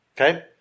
Okay